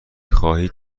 خواهید